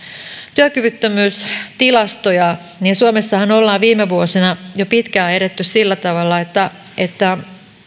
työkyvyttömyystilastoja niin suomessahan ollaan viime vuosina jo pitkään edetty sillä tavalla että että